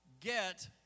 Get